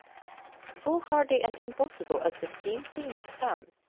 foolhardy and impossible as the scheme seemed to some,